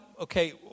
okay